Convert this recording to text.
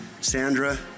Sandra